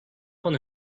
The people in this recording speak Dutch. van